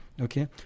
Okay